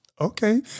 okay